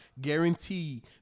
guarantee